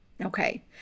Okay